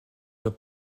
doit